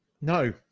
no